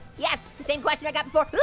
yes, the same question i got before.